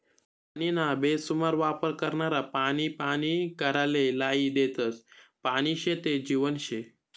पानीना बेसुमार वापर करनारा पानी पानी कराले लायी देतस, पानी शे ते जीवन शे